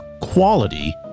quality